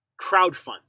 crowdfund